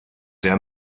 der